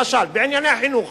למשל, בענייני חינוך.